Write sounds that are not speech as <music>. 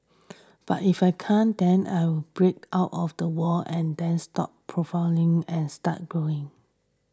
but if I can't then I will break out of the wall and then stop <unintelligible> and start growing